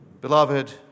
Beloved